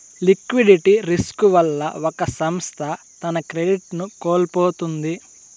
liquidity risk వల్ల ఒక సంస్థ తన క్రెడిట్ ను కోల్పోతుంది